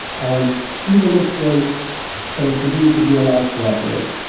and even if they continue to be allowed to operate,